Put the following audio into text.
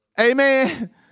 Amen